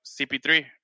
CP3